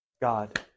God